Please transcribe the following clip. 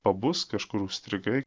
pabusk kažkur užstrigai